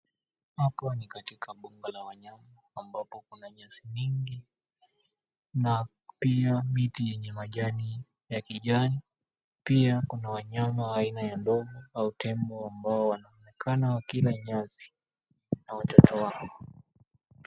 Hapa ni katika mbuga la wanyama ambapo kuna nyasi nyingi na pia miti yenye rangi ya kijani pia kuna wanyama aina ya ndovu au tembo ambao wanaonekana wakila nyasi na watoto wao.